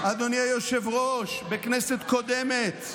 אדוני היושב-ראש, בכנסת קודמת,